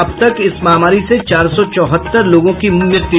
अब तक इस महामारी से चार सौ चौहत्तर लोगों की मृत्यु